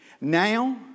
Now